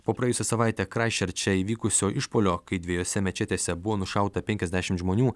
po praėjusią savaitę kraistčerče įvykusio išpuolio kai dviejose mečetėse buvo nušauta penkiasdešimt žmonių